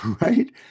right